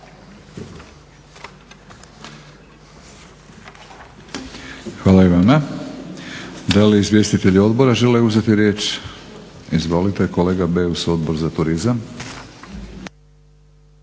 Hvala i vama. Da li izvjestitelji odbora žele uzeti riječ? Izvolite kolega Beus, Odbor za turizam.